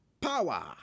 power